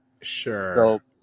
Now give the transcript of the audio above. sure